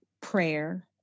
prayer